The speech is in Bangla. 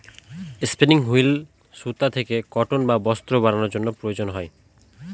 স্পিনিং হুইল সুতা থেকে কটন বা বস্ত্র বানানোর জন্য প্রয়োজন হয়